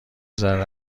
ذره